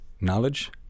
knowledge